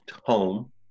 home